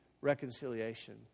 reconciliation